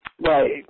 Right